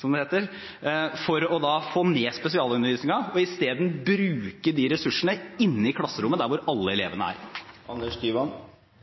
som det heter, for å få ned spesialundervisningen og isteden bruke disse ressursene inne i klasserommet, der alle elevene er.